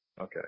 Okay